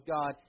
God